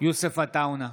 יוסף עטאונה,